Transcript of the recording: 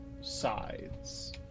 sides